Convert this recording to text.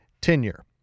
tenure